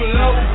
low